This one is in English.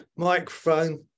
microphone